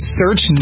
search